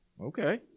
Okay